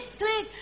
click